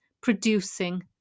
producing